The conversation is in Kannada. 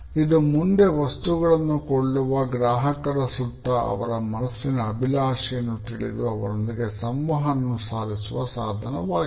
ಇದು ಮುಂದೆ ವಸ್ತುಗಳನ್ನು ಕೊಳ್ಳುವ ಗ್ರಾಹಕರ ಸುತ್ತ ಅವರ ಮನಸ್ಸಿನ ಅಭಿಲಾಷೆಯನ್ನು ತಿಳಿದು ಅವರೊಂದಿಗೆ ಸಂವಹನವನ್ನು ಸಾಧಿಸುವ ಸಾಧನವಾಗಿದೆ